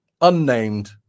unnamed